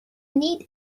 need